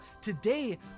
today